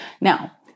Now